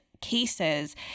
cases